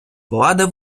влада